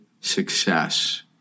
success